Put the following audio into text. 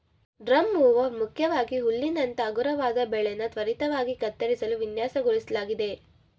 drum mower ಮುಖ್ಯವಾಗಿ ಹುಲ್ಲಿನಂತ ಹಗುರವಾದ ಬೆಳೆನ ತ್ವರಿತವಾಗಿ ಕತ್ತರಿಸಲು ವಿನ್ಯಾಸಗೊಳಿಸ್ಲಾಗಿದೆ